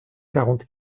quarante